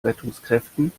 rettungskräften